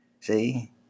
See